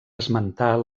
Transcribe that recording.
esmentar